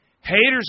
haters